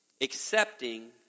accepting